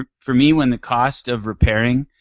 ah for me, when the cost of repairing,